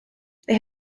they